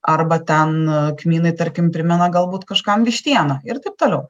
arba ten kmynai tarkim primena galbūt kažkam vištieną ir taip toliau